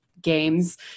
games